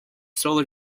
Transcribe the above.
solar